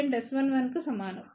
8 కి సమానం